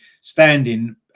standing